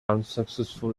unsuccessful